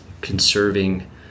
conserving